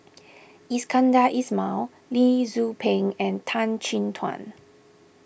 Iskandar Ismail Lee Tzu Pheng and Tan Chin Tuan